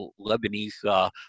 Lebanese